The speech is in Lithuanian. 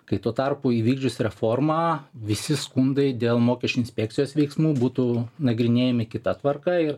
kai tuo tarpu įvykdžius reformą visi skundai dėl mokesčių inspekcijos veiksmų būtų nagrinėjami kita tvarka ir